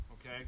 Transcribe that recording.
okay